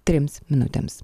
trims minutėms